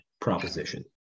proposition